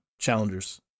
challengers